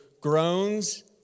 groans